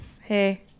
Hey